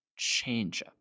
changeup